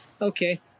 Okay